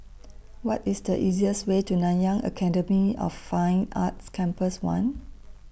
What IS The easiest Way to Nanyang Academy of Fine Arts Campus one